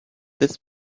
this